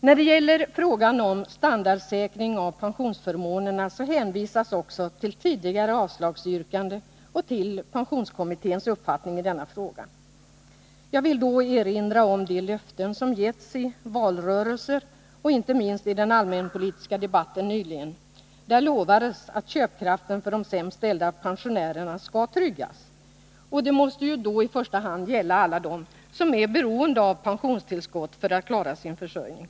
När det gäller frågan om standardsäkring av pensionsförmånerna hänvisas också till ett tidigare avslagsyrkande och till pensionskommitténs uppfattning i denna fråga. Jag vill då erinra om de löften som getts i valrörelser och inte minst i den allmänpolitiska debatten nyligen. Där lovades det att köpkraften för de sämst ställda pensionärerna skulle tryggas. Det måste då i första hand gälla alla dem som är beroende av pensionstillskott för att klara sin försörjning.